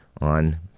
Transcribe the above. on